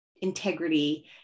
integrity